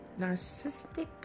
narcissistic